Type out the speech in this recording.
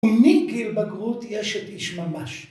‫ומגיל בגרות יש את איש ממש.